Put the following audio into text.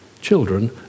children